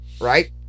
right